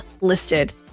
listed